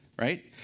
Right